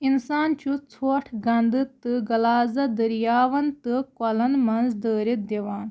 اِنسان چھُ ژھۄٹھ گنٛدٕ تہٕ غلاظت دٔریاوَن تہٕ کۄلَن منٛز دٲرِتھ دِوان